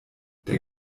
der